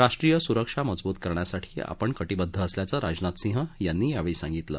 राष्ट्रीय सुरक्षा मजब्रत करण्यासाठी आपण कटिबद्ध असल्याचं राजनाथ सिंह यांनी यावेळी सांगितलं